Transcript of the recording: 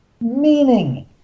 Meaning